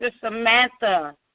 Samantha